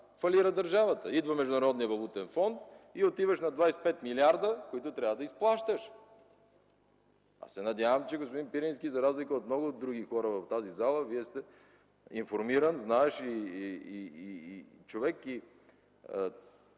фалира държавата. Идва Международният валутен фонд и отиваш на 25 милиарда, които трябва да изплащаш. Аз се надявам, че, господин Пирински, за разлика от много други хора, които са в тази зала, Вие сте информиран и знаещ човек, и